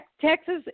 Texas